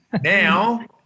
now